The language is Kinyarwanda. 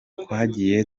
twagiye